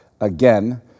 Again